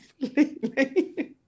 completely